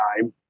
time